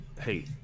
hey